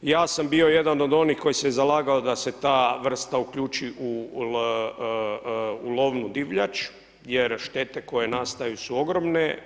Ja sam bio jedan od onih koji se zalagao da se ta vrsta uključi u lovnu divljač jer štete koje nastaju su ogromne.